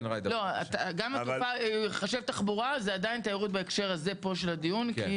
גם אם התעופה ייחשב תחבורה זה עדיין תיירות בהקשר הזה פה של הדיון.